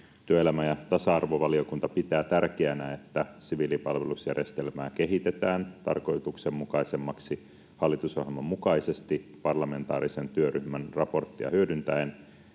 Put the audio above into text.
”Työelämä- ja tasa-arvovaliokunta pitää tärkeänä, että siviilipalvelusjärjestelmää kehitetään tarkoituksenmukaisemmaksi hallitusohjelman mukaisesti parlamentaarisen työryhmän raporttia hyödyntäen